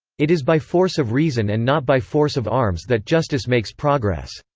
it is by force of reason and not by force of arms that justice makes progress.